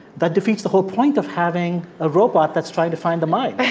that defeats the whole point of having a robot that's trying to find the mines